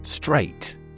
Straight